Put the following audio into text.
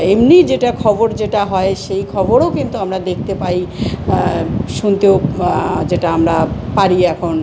এমনি যেটা খবর যেটা হয় সেই খবরও কিন্তু আমরা দেখতে পাই শুনতেও যেটা আমরা পারি এখন